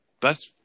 best